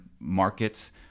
markets